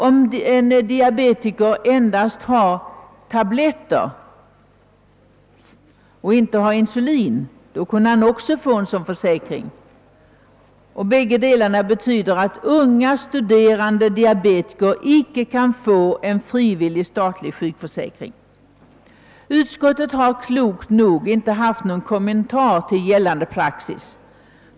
Om en diabetiker endast tar tabletter och inte använder insulin har han också kunnat få försäkring. Båda dessa villkor betyder att unga studerande diabetiker icke kan få en frivillig statlig sjukförsäkring. Utskottet har klokt nog inte gjort någon kommentar till gällande praxis.